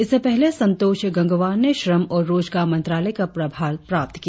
इससे पहले संतोष गंगवार ने श्रम और रोजगार मंत्रालय का प्रभार प्राप्त किया